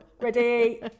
Ready